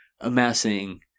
amassing